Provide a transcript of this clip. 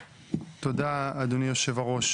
תודה, אדוני היו"ר.